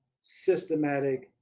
systematic